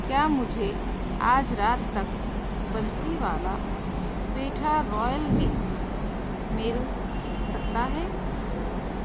کیا مجھے آج رات تک بنسی والا پیٹھا رویل مکس مل سکتا ہے